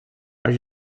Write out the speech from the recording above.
are